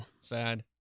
Sad